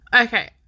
Okay